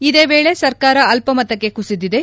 ಇದೇ ವೇಳೆ ಸರ್ಕಾರ ಅಲ್ವಮತಕ್ಕೆ ಕುಸಿದಿದೆ